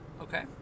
Okay